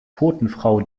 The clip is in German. quotenfrau